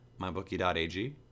MyBookie.ag